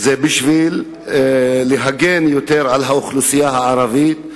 ואנו יודעים איזו אלימות היתה בקרב האוכלוסייה הזאת,